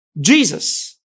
Jesus